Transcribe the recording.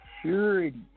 security